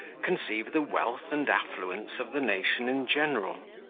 conceive the wealth and affluence of the nation in general.